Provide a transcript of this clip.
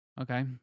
Okay